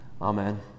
Amen